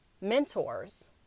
mentors